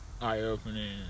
Eye-opening